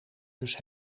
dus